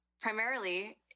primarily